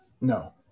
No